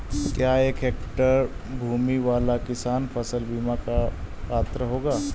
क्या एक हेक्टेयर भूमि वाला किसान फसल बीमा का पात्र होगा?